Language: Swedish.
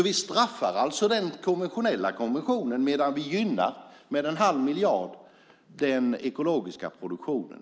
Vi straffar alltså den konventionella produktionen medan vi gynnar med 1⁄2 miljard den ekologiska produktionen.